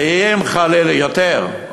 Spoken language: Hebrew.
אפילו יותר.